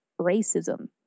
racism